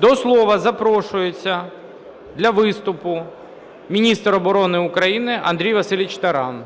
До слова запрошується для виступу міністр оборони України Андрій Васильович Таран.